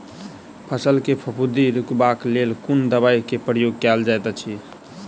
फसल मे फफूंदी रुकबाक लेल कुन दवाई केँ प्रयोग कैल जाइत अछि?